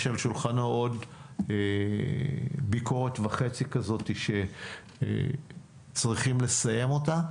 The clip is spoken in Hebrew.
יש על שולחנו עוד ביקורת וחצי כזאת שצריכים לסיים אותה.